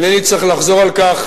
אינני צריך לחזור על כך,